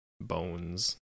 bones